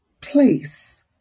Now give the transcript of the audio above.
place